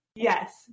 Yes